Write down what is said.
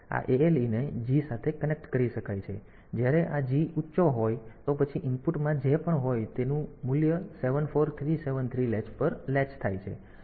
તેથી આ ALE ને G સાથે કનેક્ટ કરી શકાય છે જ્યારે આ G ઊંચો હોય તો પછી ઇનપુટમાં જે પણ હોય તેથી તે મૂલ્ય 74373 લેચ પર લૅચ થાય